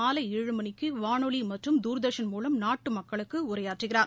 மாலை ஏழு மணிக்கு வானொலி மற்றும் தூர்தர்ஷன் மூலம் நாட்டு மக்களுக்கு உரையாற்றுகிறார்